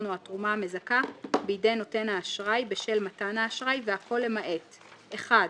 או התרומה המזכה בידי נותן האשראי בשל מתן האשראי למעט (1)